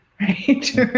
right